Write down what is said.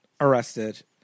arrested